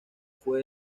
fue